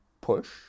push